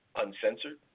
uncensored